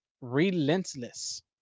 Relentless